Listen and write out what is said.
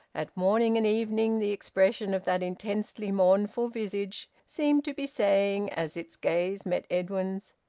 at morning and evening the expression of that intensely mournful visage seemed to be saying as its gaze met edwin's,